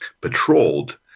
patrolled